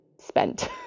spent